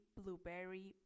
blueberry